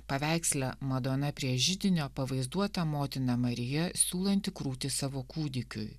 paveiksle madona prie židinio pavaizduota motina marija siūlanti krūtį savo kūdikiui